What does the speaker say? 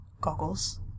goggles